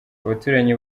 abaturanyi